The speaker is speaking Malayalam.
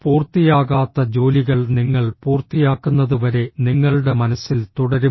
പൂർത്തിയാകാത്ത ജോലികൾ നിങ്ങൾ പൂർത്തിയാക്കുന്നതുവരെ നിങ്ങളുടെ മനസ്സിൽ തുടരും